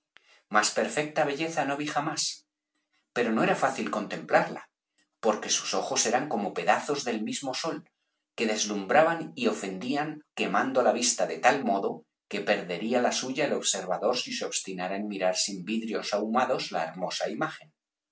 más perfecta belleza no vi jamás pero no era fácil contemplarla porque sus ojos eran como pedazos del mismo sol que deslumhraban y ofendían quemando la vista de tal modo que perdería la suya el observador si se obstinara en mirar sin vidrios ahumados la hermosa imagen